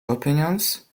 opinions